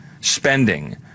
spending